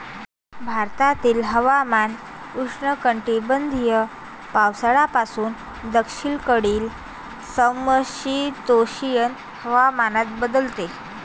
भारतातील हवामान उष्णकटिबंधीय पावसाळ्यापासून दक्षिणेकडील समशीतोष्ण हवामानात बदलते